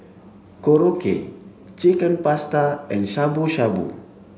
Korokke Chicken Pasta and Shabu Shabu